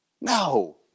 No